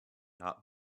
not